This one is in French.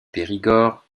périgord